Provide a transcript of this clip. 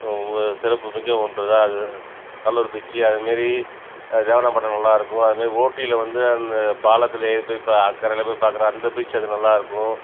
சிறப்பு மிக்க ஒன்று தான் அது கடலூர் பீச்சு அது மாதிரி தேவனா பேட்டை நல்லா இருக்கும் அது மாதிரி ஓடியில் வந்து அந்த பாலத்தில் ஏறி போய் பார்க்குற அக்கறையில் பார்க்குற அந்த பீச்சு அது நல்லா இருக்கும்